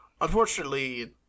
unfortunately